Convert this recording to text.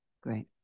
Great